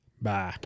bye